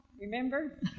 remember